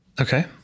Okay